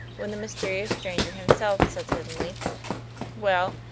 when the mysterious stranger himself said suddenly well,